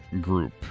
group